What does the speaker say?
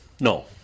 No